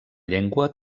llengua